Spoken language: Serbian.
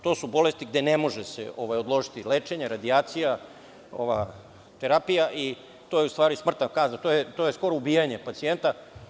To su bolesti gde ne može se odložiti lečenje, radijacija, terapija i to je u stvari smrtna kazna, to je skoro ubijanje pacijenta.